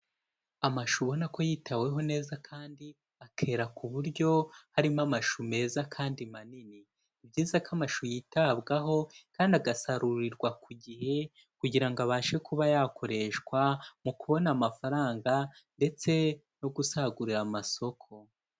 Amashu ubona ko yitaweho neza kandi akera ku buryo harimo amashu meza kandi manini, ni byiza ko amashu yitabwaho kandi agasarurirwa ku gihe kugira ngo abashe kuba yakoreshwa mu kubona amafaranga ndetse no gusagurira amasoko.